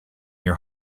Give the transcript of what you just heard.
your